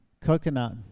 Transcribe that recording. Coconut